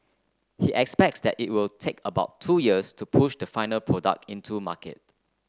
he expects that it will take about two years to push the final product into market